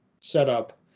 setup